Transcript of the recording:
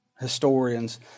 historians